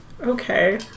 Okay